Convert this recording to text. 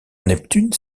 neptune